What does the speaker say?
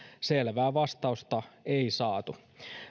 selvää vastausta ei saatu